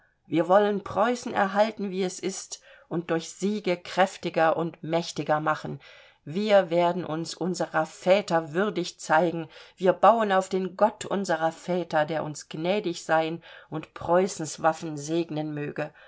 wir wollen preußen erhalten wie es ist und durch siege kräftiger und mächtiger machen wir werden uns unserer väter würdig zeigen wir bauen auf den gott unserer väter der uns gnädig sein und preußens waffen segnen möge